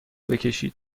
بکشید